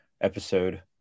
episode